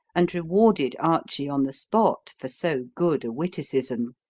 and rewarded archy on the spot for so good a witticism.